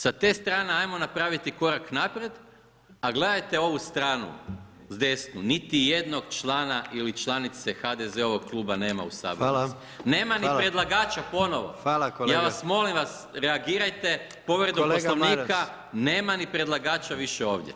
Sa te strane ajmo napraviti korak naprijed, a gledajte ovu stranu s desno, niti jednog člana ili članice HDZ-ovog kluba nema u sabornici, [[Upadica predsjednik: Hvala.]] nema ni predlagača ponovo [[Upadica predsjednik: Hvala.]] Ja vas molim reagirajte povredom Poslovnika, nema ni predlagača više ovdje.